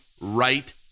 right